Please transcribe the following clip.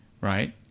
Right